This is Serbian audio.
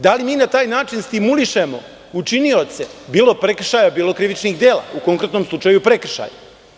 Da li mi na taj način stimulišemo učinioce, bilo prekršaja, bilo krivičnih dela, a u konkretnom slučaju prekršaja?